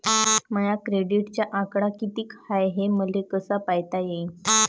माया क्रेडिटचा आकडा कितीक हाय हे मले कस पायता येईन?